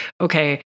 okay